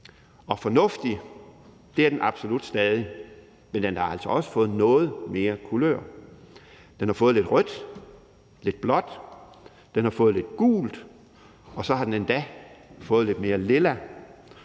Og fornuftig er den absolut stadig, men den har altså også fået noget mere kulør – den har fået lidt rødt, lidt blåt og lidt gult, og så har den endda fået lidt mere lilla,